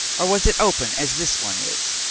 or was it open as this one is?